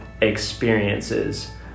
experiences